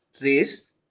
race